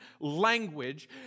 language